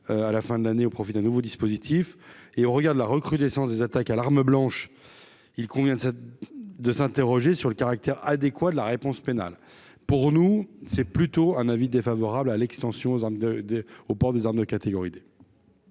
à la fin de l'année, au profit d'un nouveau dispositif, et au regard de la recrudescence des attaques à l'arme blanche, il convient de de s'interroger sur le caractère adéquat de la réponse pénale pour nous, c'est plutôt un avis défavorable à l'extension aux armes de de au port des armes de catégorie D.